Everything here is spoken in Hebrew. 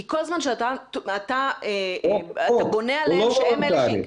כי כל זמן שאתה בונה עליהם שהם אלה --- הוא לא וולונטרי.